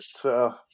Twitter